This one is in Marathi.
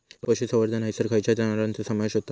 पशुसंवर्धन हैसर खैयच्या जनावरांचो समावेश व्हता?